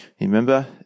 Remember